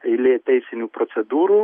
eilė teisinių procedūrų